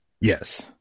Yes